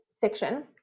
fiction